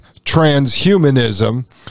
transhumanism